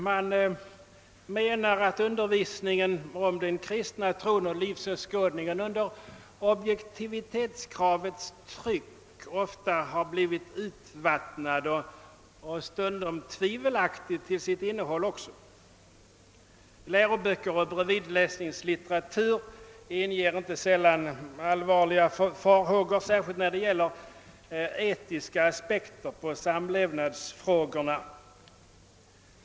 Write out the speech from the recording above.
Man menar att undervisningen om den kristna tron och livsåskådningen under objektivitetskravets tryck ofta har blivit urvattnad och stundom tvivelaktig till sitt innehåll. Läroböcker och bredvidläsningslitteratur inger inte sällan allvarliga farhågor, särskilt när det gäller etiska aspekter på samlevnadsfrågorna.